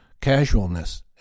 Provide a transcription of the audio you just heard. casualness